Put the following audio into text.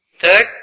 Third